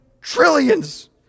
trillions